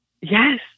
Yes